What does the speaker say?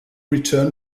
return